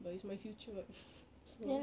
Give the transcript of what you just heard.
but it's my future [what] so